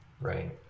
Right